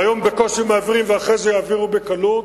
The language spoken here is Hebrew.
היום בקושי מעבירים, אבל אחרי זה יעבירו בקלות.